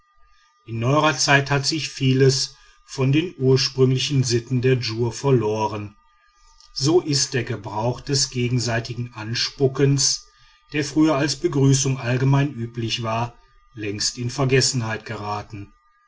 in neuerer zeit hat sich vieles von den ursprünglichen sitten der djur verloren so ist der gebrauch des gegenseitigen anspuckens der früher als begrüßung allgemein üblich war längst in vergessenheit geraten